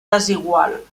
desigual